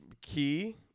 Key